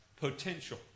potential